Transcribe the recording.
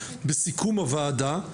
בסיכום הוועדה,